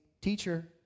Teacher